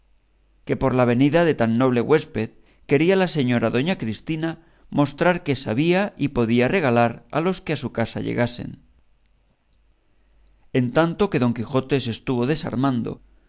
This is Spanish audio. que por la venida de tan noble huésped quería la señora doña cristina mostrar que sabía y podía regalar a los que a su casa llegasen en tanto que don quijote se estuvo desarmando